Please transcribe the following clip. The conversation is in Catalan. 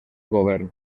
govern